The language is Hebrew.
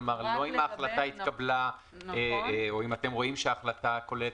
כלומר לא אם אתם רואים שההחלטה כוללת